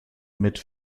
mit